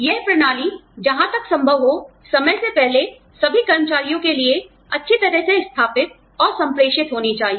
यह प्रणाली जहां तक संभव हो समय से पहले सभी कर्मचारियों के लिए अच्छी तरह से स्थापित और संप्रेषित होनी चाहिए